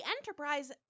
Enterprise